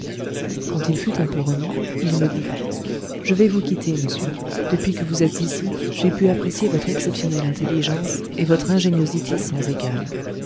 quand il fut un peu remis il me dit je vais vous quitter monsieur depuis que vous êtes ici j'ai pu apprécier votre exceptionnelle intelligence et votre ingéniosité sans égale